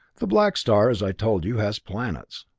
the black star, as i told you, has planets.